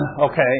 Okay